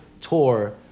tour